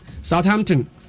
Southampton